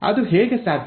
ಅದು ಹೇಗೆ ಸಾಧ್ಯ